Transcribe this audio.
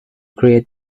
create